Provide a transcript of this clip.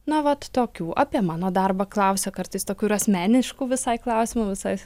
na vat tokių apie mano darbą klausia kartais tokių ir asmeniškų visai klausimų visai